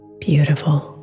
beautiful